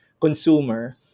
consumer